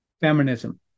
Feminism